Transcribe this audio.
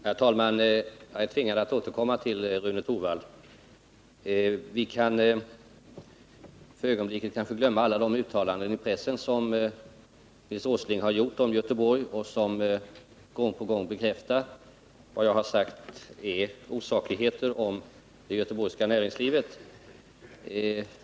Herr talman! Jag är tvungen att återkomma till Rune Torwald. Vi kan kanske för ögonblicket glömma alla de uttalanden i pressen som Nils Åsling har gjort om Göteborg och som gång på gång bekräftar att det handlar om osakligheter i fråga om det göteborgska näringslivet.